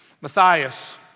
Matthias